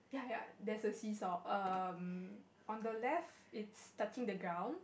ya ya there's a seesaw um on the left it's touching the ground